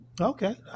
okay